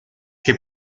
que